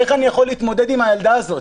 איך אני יכול להתמודד עם הילדה הזו?